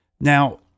Now